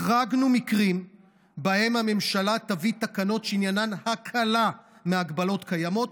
החרגנו מקרים שבהם הממשלה תביא תקנות שעניינן הקלה בהגבלות קיימות,